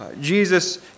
Jesus